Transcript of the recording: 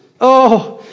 Oh